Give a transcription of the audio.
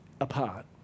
apart